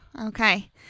okay